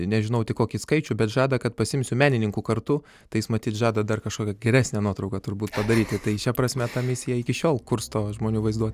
nežinau tik kokį skaičių bet žada kad pasiimsiu menininkų kartu tai jis matyt žada dar kažkokią geresnę nuotrauką turbūt padaryti tai šia prasme ta misija iki šiol kursto žmonių vaizduo